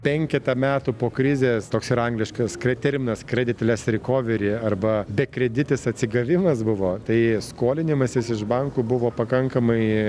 penketą metų po krizės toks yra angliškas terminas kreditles rekoveri arba bekreditis atsigavimas buvo tai skolinimasis iš bankų buvo pakankamai